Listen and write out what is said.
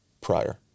prior